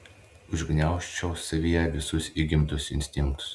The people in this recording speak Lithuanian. užgniaužčiau savyje visus įgimtus instinktus